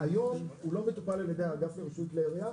היום הוא לא מטופל על ידי האגף לרישום כלי ירייה,